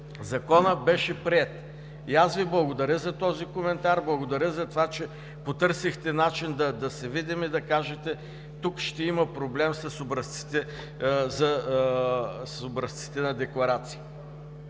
законът, беше приет. И аз Ви благодаря за този коментар. Благодаря за това, че потърсихте начин да се видим и да кажете: „Тук ще има проблем с образците на декларации“.